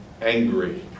angry